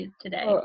today